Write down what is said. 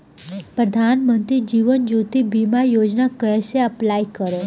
प्रधानमंत्री जीवन ज्योति बीमा योजना कैसे अप्लाई करेम?